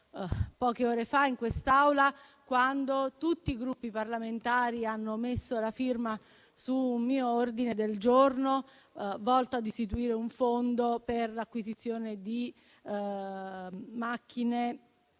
poche ore fa in quest'Aula, quando tutti i Gruppi parlamentari hanno messo la firma su un mio ordine del giorno volto a istituire un fondo per l'acquisizione di macchine